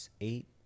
eight